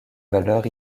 valeur